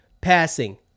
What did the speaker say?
passing